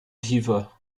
tiefer